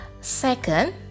Second